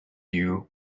you